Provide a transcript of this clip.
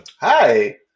Hi